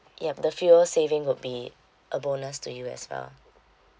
ya the fuel saving would be a bonus to you as well